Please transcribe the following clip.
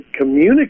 communicate